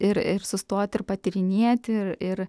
ir ir sustoti ir patyrinėti ir ir